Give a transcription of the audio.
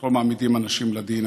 אנחנו לא מעמידים אנשים לדין,